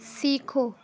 سیکھو